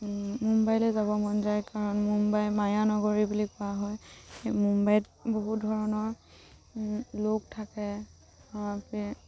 মুম্বাইলৈ যাব মন যায় কাৰণ মুম্বাই মায়ানগৰী বুলি কোৱা হয় মুম্বাইত বহুত ধৰণৰ লোক থাকে